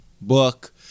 book